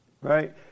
Right